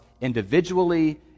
individually